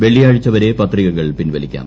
വെള്ളിയാഴ്ച വരെ പത്രികകൾ പിൻവലിക്കാം